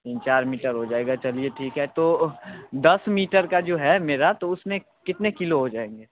तीन चार मीटर हो जाएगा चलिए ठीक है तो दस मीटर का जो है मेरा तो उसमें कितने किलो हो जाएंगे